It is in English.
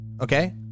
okay